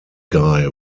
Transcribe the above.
guy